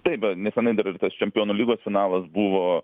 taip va nesenai dar ir tas čempionų lygos finalas buvo